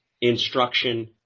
instruction